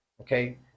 Okay